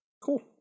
Cool